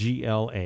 GLA